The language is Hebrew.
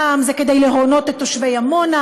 פעם זה כדי להונות את תושבי עמונה,